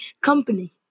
Company